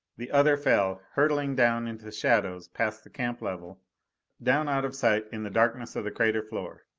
the other fell, hurtling down into the shadows past the camp level down out of sight in the darkness of the crater floor.